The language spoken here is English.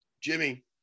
Jimmy